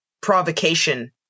provocation